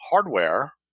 hardware